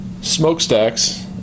smokestacks